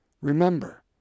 Remember